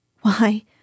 Why